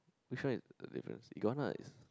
which one is the difference iguana is